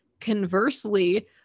Conversely